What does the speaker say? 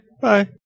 bye